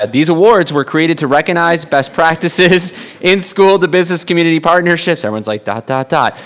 and these awards were created to recognize best practices in school, the business community partnerships, everyone's like dot, dot, dot,